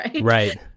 Right